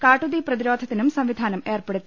കാട്ടുതീ പ്രതിരോധത്തിനും സംവിധാനം ഏർപ്പെടുത്തി